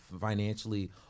financially